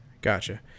Gotcha